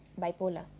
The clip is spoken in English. bipolar